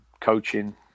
coaching